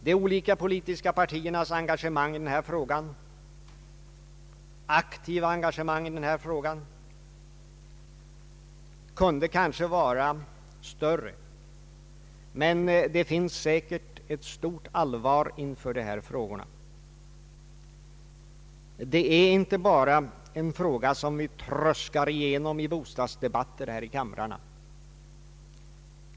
De olika politiska partiernas aktiva engagemang i den här frågan kunde kanske vara större, men det finns säkert ett stort allvar inför de här frågorna. Det är inte bara en fråga som vi tröskar igenom i bostadsdebatter här i kamrarna.